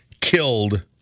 killed